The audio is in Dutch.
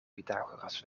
pythagoras